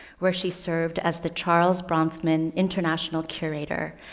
where she served as the charles bronfman international curator,